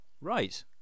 Right